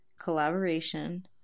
collaboration